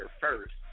first